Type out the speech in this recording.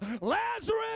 Lazarus